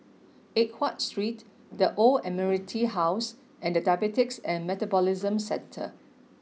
Eng Watt Street The Old Admiralty House and Diabetes and Metabolism Centre